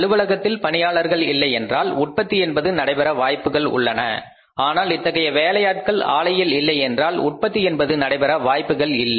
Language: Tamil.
அலுவலகத்தில் பணியாளர்கள் இல்லையென்றால் உற்பத்தி என்பது நடைபெற வாய்ப்புகள் உள்ளன ஆனால் இத்தகைய வேலையாட்கள் ஆலையில் இல்லையென்றால் உற்பத்தி என்பது நடைபெற வாய்ப்புகள் இல்லை